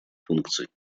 функций